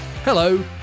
Hello